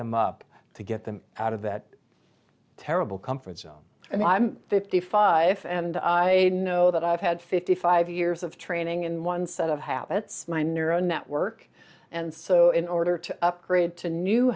them up to get them out of that terrible comfort zone and i'm fifty five and i know that i've had fifty five years of training and one set of habits my neuro network and so in order to upgrade to new